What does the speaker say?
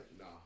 nah